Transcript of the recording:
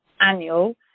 annual